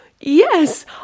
Yes